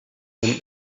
den